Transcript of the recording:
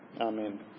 Amen